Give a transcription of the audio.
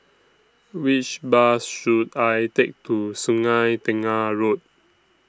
Which Bus should I Take to Sungei Tengah Road